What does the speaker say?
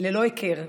ללא הכר,